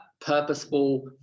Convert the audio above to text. purposeful